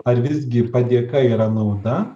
ar visgi padėka yra nauda